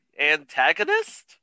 antagonist